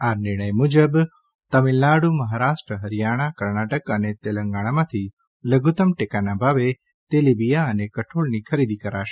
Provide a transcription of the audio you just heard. આ નિર્ણય મુજબ તમિલનાડુ મહારાષ્ટ્ર હરિયાણા કર્ણાટક અને તેલંગણામાંથી લધુત્તમ ટેકાના ભાવે તેલીબીયા અને કઠોળની ખરીદી કરાશે